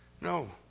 No